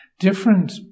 Different